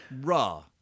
raw